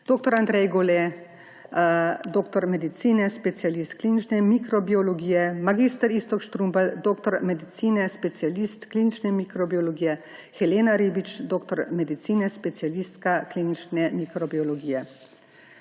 dr. Andrej Golle, doktor medicine, specialist klinične mikrobiologije; mag. Iztok Štrumbelj, doktor medicine, specialist klinične mikrobiologije; Helena Ribič, doktorica medicine, specialistka klinične mikrobiologije.